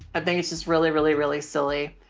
think it's just really, really, really silly.